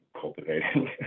cultivating